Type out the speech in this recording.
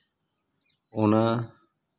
ᱚᱱᱟ